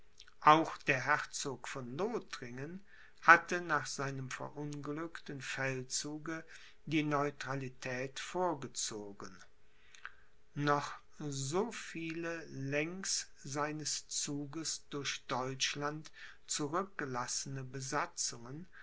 auch der herzog von lothringen hatte nach seinem verunglückten feldzuge die neutralität vorgezogen noch so viele längs seines zuges durch deutschland zurückgelassene besatzungen